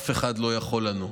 אף אחד לא יכול לנו,